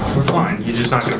we're fine, you're just not